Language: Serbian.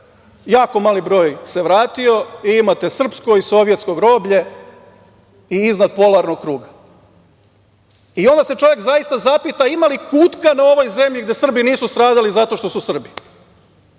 Jako mali broj se vratio. Imate srpsko i sovjetsko groblje i iznad polarnog kruga. Onda se čovek zaista zapita ima li kutka na ovoj zemlji gde Srbi nisu stradali zato što su Srbi?